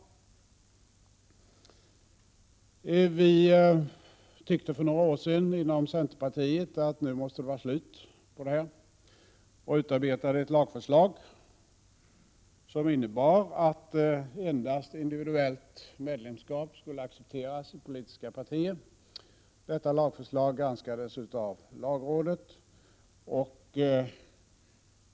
Viicenterpartiet tyckte för några år sedan att det måste vara slut på det här och utarbetade ett lagförslag, som innebar att endast individuellt medlemskap skulle accepteras i politiskt parti. Det förslaget granskades av lagrådet.